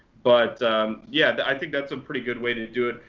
but yeah, i think that's a pretty good way to do it.